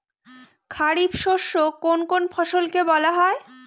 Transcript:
খারিফ শস্য কোন কোন ফসলকে বলা হয়?